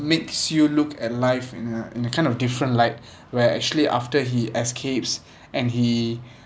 makes you look at life in a in a kind of different like where actually after he escapes and he